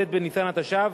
ט' בניסן התשע"ב,